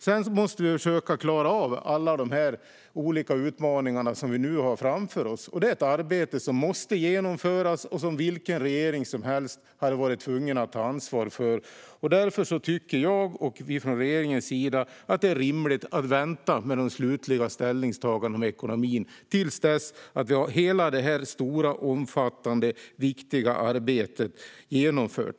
Men vi måste också försöka klara av alla olika utmaningar som finns framför oss. Det är ett arbete som måste genomföras och som vilken regering som helst hade varit tvungen att ta ansvar för. Därför tycker jag och vi från regeringens sida att det är rimligt att vänta med det slutliga ställningstagandet om ekonomin till dess att hela detta omfattande och viktiga arbete är genomfört.